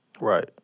Right